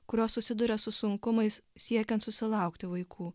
kurios susiduria su sunkumais siekiant susilaukti vaikų